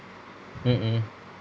mmhmm